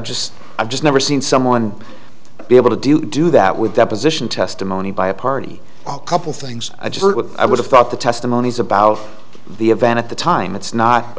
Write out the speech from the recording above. just i've just never seen someone be able to do to do that with deposition testimony by a party a couple things a jury with i would have thought the testimonies about the event at the time it's not